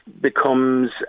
becomes